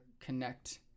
connect